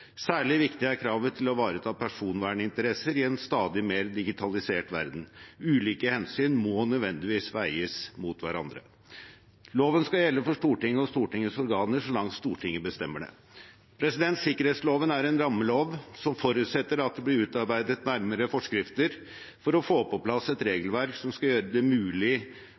Særlig viktig er kravet til å ivareta personverninteresser i en stadig mer digitalisert verden. Ulike hensyn må nødvendigvis veies mot hverandre. Loven skal gjelde for Stortinget og Stortingets organer så langt Stortinget bestemmer det. Sikkerhetsloven er en rammelov, som forutsetter at det blir utarbeidet nærmere forskrifter for å få på plass et regelverk som skal gjøre det mulig